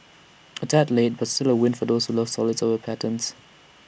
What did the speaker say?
A tad late but still A win for those who love solids over patterns